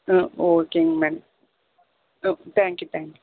ஓகேங்க madam okay thank you thank you